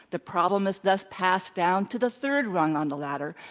the problem is thus passed down to the third rung on the ladder,